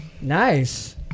Nice